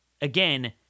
again